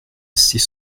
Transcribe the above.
six